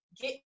get